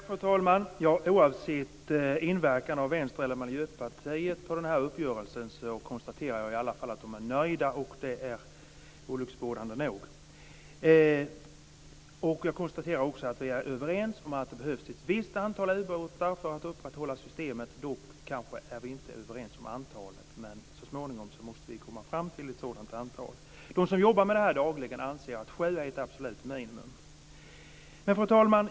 Fru talman! Oavsett inverkan av Vänster eller Miljöpartiet i uppgörelsen konstaterar jag att de är nöjda. Det är olycksbådande nog. Jag konstaterar också att vi är överens om att det behövs ett visst antal ubåtar för att upprätthålla systemet, dock är vi inte överens om antalet. Men så småningom måste vi komma fram till ett sådant antal. De som jobbar med detta dagligen anser att sju är ett absolut minimun. Fru talman!